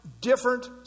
different